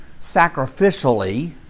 sacrificially